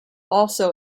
also